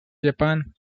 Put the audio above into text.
japan